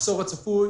המחסור הצפוי.